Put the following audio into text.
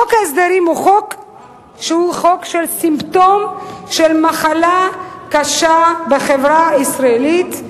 חוק ההסדרים הוא סימפטום של מחלה קשה בחברה הישראלית.